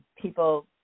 People